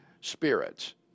spirits